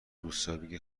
دوستایی